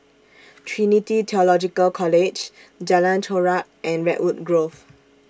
Trinity Theological College Jalan Chorak and Redwood Grove